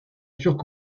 turc